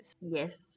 Yes